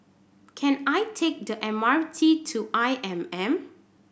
can I take the M R T to I M M